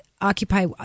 occupy